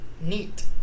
neat